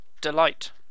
Delight